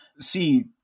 See